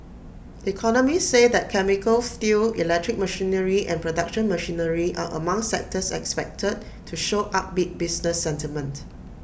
economists say that chemicals steel electric machinery and production machinery are among sectors expected to show upbeat business sentiment